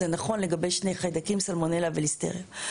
זה נכון לגבי שני חיידקים: סלמונלה וליסטריה,